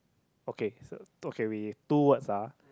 okay so okay we have two words ah